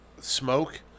smoke